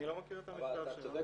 אני לא מכיר את המכתב שלך -- אתה צודק